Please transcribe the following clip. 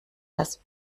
das